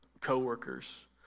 coworkers